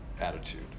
attitude